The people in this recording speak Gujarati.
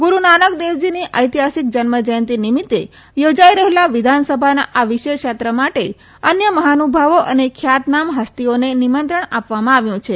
ગુરુ નાનકદેવજીની ઐતિહાસિ જન્મજયંતી નિમિત્તે યોજાઈ રહેલા વિધાનસભાના આ વિશેષ સત્ર માટે અન્ય મહાનુભાવો અને ખ્યાતનામ હસ્તીઓને નિમંત્રણ આપવામાં આવ્યું છે